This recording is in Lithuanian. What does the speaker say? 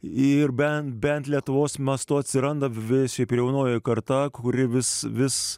ir bent bent lietuvos mastu atsiranda vis šiaip ir jaunoji karta kuri vis vis